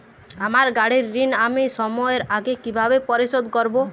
আমার গাড়ির ঋণ আমি সময়ের আগে কিভাবে পরিশোধ করবো?